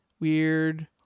Weird